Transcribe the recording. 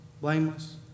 Blameless